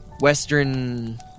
western